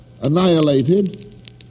annihilated